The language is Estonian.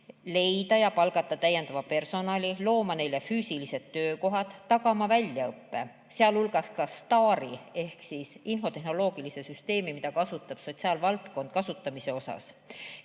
leida ja palgata täiendava personali, looma neile füüsilised töökohad, tagama väljaõppe, sealhulgas STAR‑i ehk infotehnoloogilise süsteemi, mida kasutab sotsiaalvaldkond, kasutamiseks